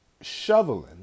shoveling